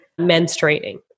menstruating